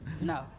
No